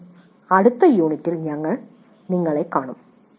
നന്ദി അടുത്ത യൂണിറ്റിൽ ഞങ്ങൾ നിങ്ങളെ കാണും